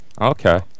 Okay